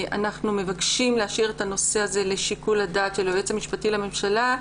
אנחנו מבקשים להשאיר את הנושא לשיקול הדעת של היועץ המשפטי לממשלה.